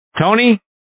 Tony